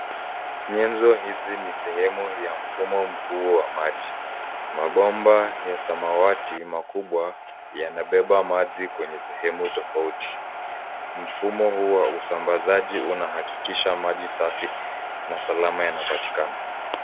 Nyenzo hizi ni sehemu ya mfumo mkuu wa maji. Mabomba ya samawati makubwa yanabeba maji kwenye sehemu tofauti. Mfumo huu wa usambazaji unahakikisha maji safi na salama yanapatikana.